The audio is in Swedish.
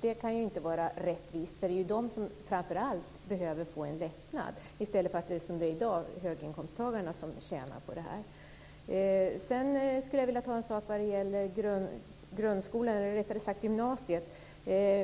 Det kan ju inte vara rättvist. Det är framför allt dessa människor som behöver få en lättnad. I stället är det höginkomsttagarna som kommer att tjäna på detta. Jag skulle vilja ta upp en gymnasiefråga.